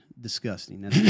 disgusting